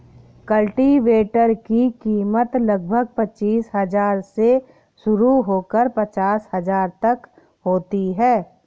cultivator की कीमत लगभग पचीस हजार से शुरू होकर पचास हजार तक होती है